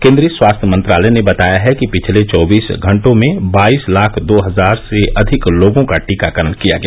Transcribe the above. केन्द्रीय स्वास्थ्य मंत्रालय ने बताया है कि पिछले चौबीस घंटों में बाईस लाख दो हजार से अधिक लोगों का टीकाकरण किया गया